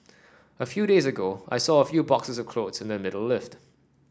a few days ago I saw a few boxes of clothes in the middle lift